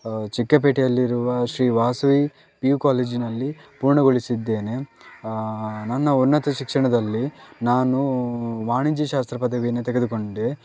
ಚಿಕ್ಕಪೇಟೆಯಲ್ಲಿರುವ Shri Vasavi P U ಕಾಲೇಜಿನಲ್ಲಿ ಪೂರ್ಣಗೊಳಿಸಿದ್ದೇನೆ ನನ್ನ ಉನ್ನತ ಶಿಕ್ಷಣದಲ್ಲಿ ನಾನು ವಾಣಿಜ್ಯ ಶಾಸ್ತ್ರ ಪದವಿಯನ್ನು ತೆಗೆದುಕೊಂಡೆ